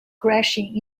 crashing